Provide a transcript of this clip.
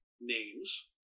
names